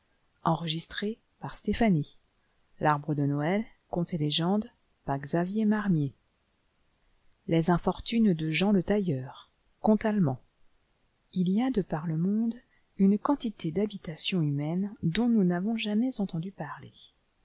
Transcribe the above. les infortunes de jean le tailleur conte allemand n y a de par le monde une quantité d'habitations humaines dont nous n'avons jamais entendu parler